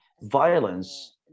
violence